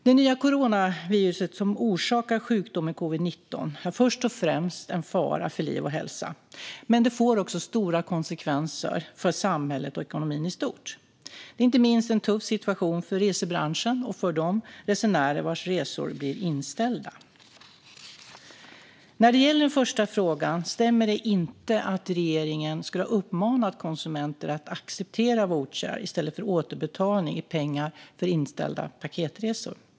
Det nya coronaviruset som orsakar sjukdomen covid-19 är först och främst en fara för liv och hälsa, men det får också stora konsekvenser för samhället och ekonomin i stort. Det är inte minst en tuff situation för resebranschen och för de resenärer vars resor blir inställda. När det gäller den första frågan stämmer det inte att regeringen skulle ha uppmanat konsumenter att acceptera vouchrar i stället för återbetalning i pengar för inställda paketresor.